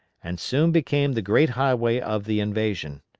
and soon became the great highway of the invasion.